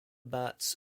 bats